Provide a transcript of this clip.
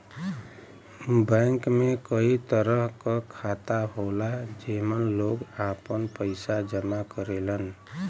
bank में कई तरह क खाता होला जेमन लोग आपन पइसा जमा करेलन